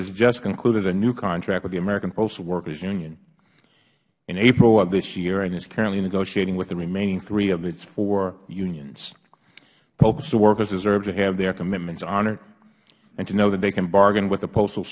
has just concluded a new contract with the american postal workers union in april of this year and is currently negotiating with the remaining three of its four unions postal workers deserve to have their commitments honored and to know that they can bargain with the postal